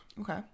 okay